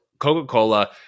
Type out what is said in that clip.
Coca-Cola